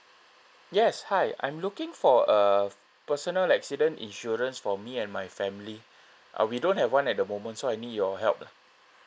yes hi I'm looking for a personal accident insurance for me and my family uh we don't have one at the moment so I need your help lah